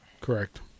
Correct